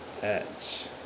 Edge